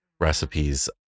recipes